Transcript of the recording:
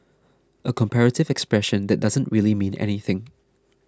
a comparative expression that doesn't really mean anything